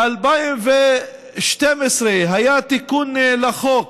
ב-2012 היה תיקון לחוק